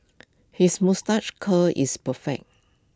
his moustache curl is perfect